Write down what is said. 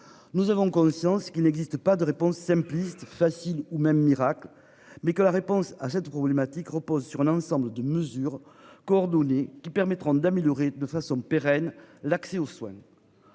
Nous avons conscience qu'il n'existe pas de réponse simpliste facile ou même miracle mais que la réponse à cette problématique repose sur un ensemble de mesures coordonnées qui permettront d'améliorer de façon pérenne. L'accès aux soins.--